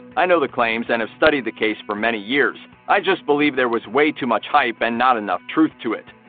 i know the claims and have studied the case for many years. i just believe there was way too much hype and not enough truth to it.